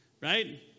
right